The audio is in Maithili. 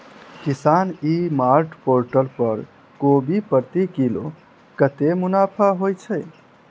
किसान ई मार्ट पोर्टल पर कोबी प्रति किलो कतै मुनाफा होइ छै?